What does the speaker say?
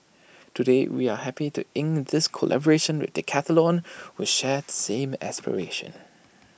today we are happy to ink this collaboration with Decathlon who share the same aspiration